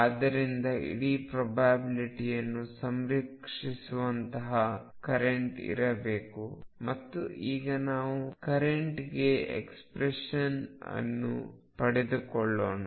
ಆದ್ದರಿಂದ ಇಡೀ ಪ್ರೊಬ್ಯಾಬಿಲ್ಟಿಯನ್ನು ಸಂರಕ್ಷಿಸುವಂತಹ ಕರೆಂಟ್ ಇರಬೇಕು ಮತ್ತು ಈಗ ನಾವು ಕರೆಂಟ್ಗೆ ಎಕ್ಸ್ಪ್ರೆಶನ್ ಅನ್ನು ಪಡೆದುಕೊಳ್ಳೋಣ